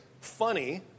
funny